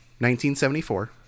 1974